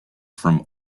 from